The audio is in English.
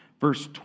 Verse